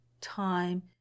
time